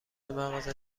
مغازه